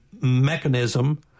mechanism